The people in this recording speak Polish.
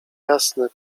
jasne